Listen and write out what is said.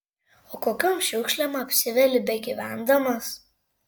o kokiom šiukšlėm apsiveli begyvendamas